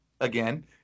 again